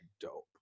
dope